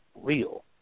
real